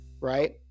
right